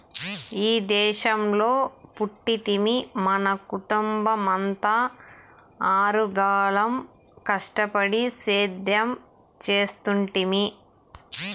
ఈ దేశంలో పుట్టితిమి మన కుటుంబమంతా ఆరుగాలం కష్టపడి సేద్యం చేస్తుంటిమి